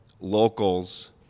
locals